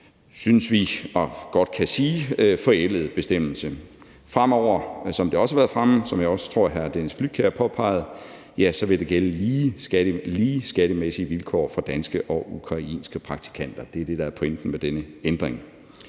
synes vi godt vi kan sige – forældede bestemmelse. Fremover vil der, som det også har været fremme, og som jeg også tror hr. Dennis Flydtkjær påpegede, gælde lige skattemæssige vilkår for danske og ukrainske praktikanter. Det er det, der er pointen med denne ændring.